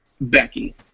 Becky